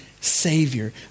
Savior